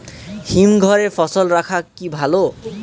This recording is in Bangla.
হিমঘরে ফসল রাখা কি ভালো?